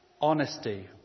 honesty